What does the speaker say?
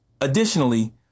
Additionally